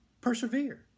persevere